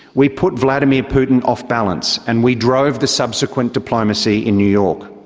we put vladimir putin off balance, and we drove the subsequent diplomacy in new york.